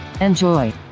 Enjoy